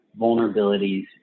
vulnerabilities